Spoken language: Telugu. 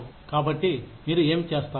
కాబట్టి మీరు ఏమి చేస్తారు